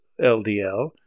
LDL